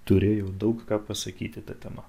turėjau daug ką pasakyti ta tema